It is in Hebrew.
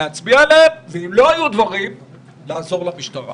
ואם לא היו דברים לעזור למשטרה.